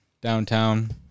downtown